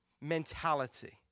mentality